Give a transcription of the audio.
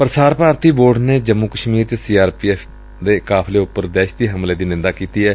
Prasar Bharati board ਨੇ ਜੰਮੂ ਕਸ਼ਮੀਰ ਚ C R P F ਦੇ ਕਾਫ਼ਲੇ ਉਪਰ ਦਹਿਸ਼ਤੀ ਹਮਲੇ ਦੀ ਨਿੰਦਾ ਕੀਤੀ ਏ